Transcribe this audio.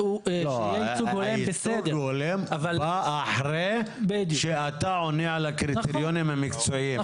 הייצוג ההולם בא אחרי שאתה עונה על הקריטריונים המקצועיים,